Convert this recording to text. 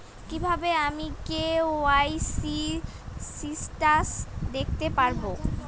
কিভাবে আমি KYC status দেখতে পারবো?